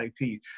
IP